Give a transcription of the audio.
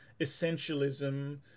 essentialism